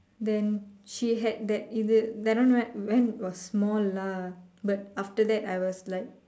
then she had that இது:ithu then one what when was small lah but after that I was like